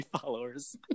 followers